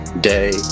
day